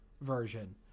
version